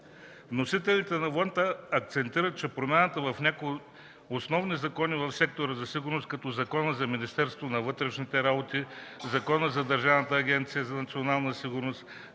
Вносителите на вота акцентират, че промяната в някои основни закони в сектора за сигурност, като Закона за Министерство на вътрешните работи, Закона за Държавната агенция за национални сигурност,